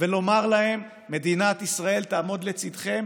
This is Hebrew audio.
ולומר להם: מדינת ישראל תעמוד לצידכם